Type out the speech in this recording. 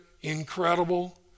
incredible